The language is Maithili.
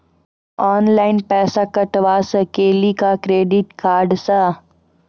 ऑनलाइन पैसा कटवा सकेली का क्रेडिट कार्ड सा?